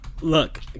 look